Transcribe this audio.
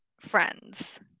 friends